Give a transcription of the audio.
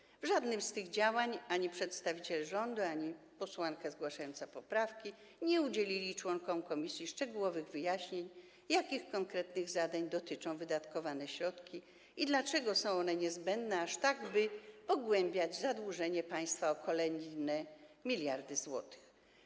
W przypadku żadnego z tych działań ani przedstawiciel rządu, ani posłanka zgłaszająca poprawki nie udzielili członkom komisji szczegółowych wyjaśnień, jakich konkretnych zadań dotyczą wydatkowane środki i dlaczego są one aż tak niezbędne, by powiększać zadłużenie państwa o kolejne miliardy złotych.